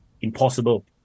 impossible